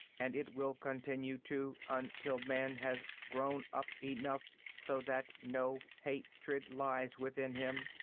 and it will continue to until man has grown up enough so that no hatred lies within him.